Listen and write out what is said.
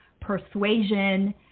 persuasion